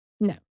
No